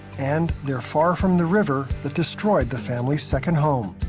and they are far from the river that destroyed the family's second home.